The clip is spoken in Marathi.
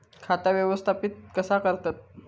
खाता व्यवस्थापित कसा करतत?